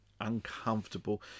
uncomfortable